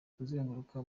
kuzenguruka